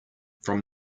from